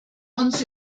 uns